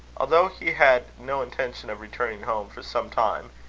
although he had no intention of returning home for some time,